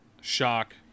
shock